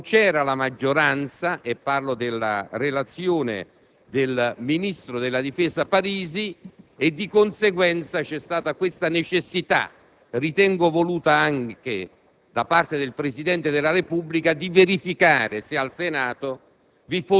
non c'era la maggioranza - parlo della relazione del ministro della difesa Parisi - e, di conseguenza, c'è stata questa necessità, ritengo voluta anche da parte del Presidente della Repubblica, di verificare se al Senato